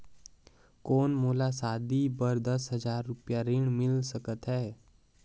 कौन मोला शादी बर दस हजार रुपिया ऋण मिल सकत है?